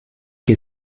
che